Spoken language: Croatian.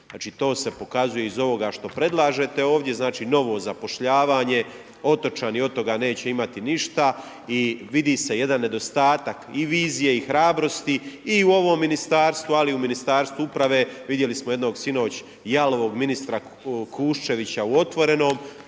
Znači to se pokazuje iz ovoga što predlažete ovdje, znači novo zapošljavanje, otočani od toga neće imati ništa i vidi se jedan nedostatak i vizije i hrabrosti i u ovo ministarstvo, ali i u ministarstvu uprave vidjeli smo jednog sinoć jalovog ministra Kušćevića u otvorenom.